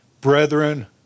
brethren